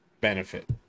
benefit